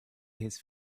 his